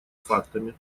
фактами